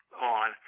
on